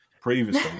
previously